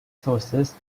sources